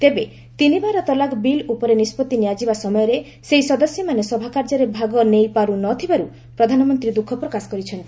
ତେବେ ତିନି ବାର ତଲାକ୍ ବିଲ୍ ଉପରେ ନିଷ୍କଭି ନିଆଯିବା ସମୟରେ ସେହି ସଦସ୍ୟମାନେ ସଭାକାର୍ଯ୍ୟରେ ଭାଗ ନେଇ ପାର୍ଚ୍ଚ ନ ଥିବାରୁ ପ୍ରଧାନମନ୍ତ୍ରୀ ଦୁଃଖ ପ୍ରକାଶ କରିଛନ୍ତି